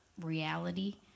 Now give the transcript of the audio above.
reality